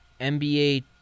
NBA